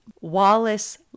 Wallace